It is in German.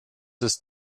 ist